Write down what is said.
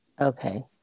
Okay